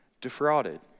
defrauded